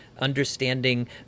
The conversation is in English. understanding